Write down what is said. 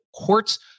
courts